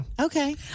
Okay